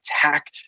attack